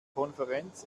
konferenz